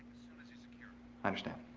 soon as he's secure. i understand.